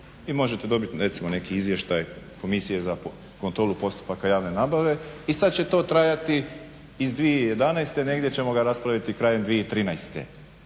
vi možete dobiti, recimo neki izvještaj komisije za kontrolu postupaka javne nabave, i sad će to trajati iz 2011. negdje ćemo ga raspravljati krajem 2013.